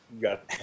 got